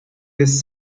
this